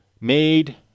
made